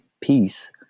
peace